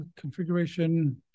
configuration